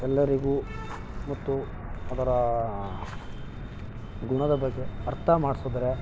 ಎಲ್ಲರಿಗೂ ಮತ್ತು ಅದರ ಗುಣದ ಬಗ್ಗೆ ಅರ್ಥ ಮಾಡ್ಸಿದರೆ